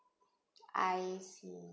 I see